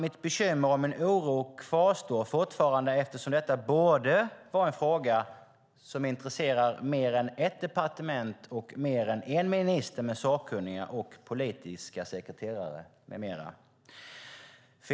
Mitt bekymmer och min oro kvarstår fortfarande eftersom detta borde vara en fråga som intresserar mer än ett departement och mer än en minister med sakkunniga och politiska sekreterare med flera.